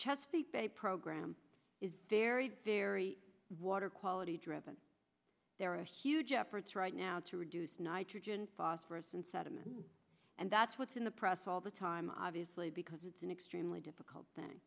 chesapeake bay program is very very water quality driven there are huge efforts right now to reduce nitrogen phosphorus and sediment and that's what's in the process all the time obviously because it's an extremely difficult thing